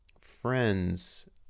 friends